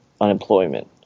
unemployment